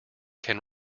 can